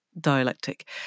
dialectic